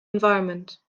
environment